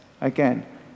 again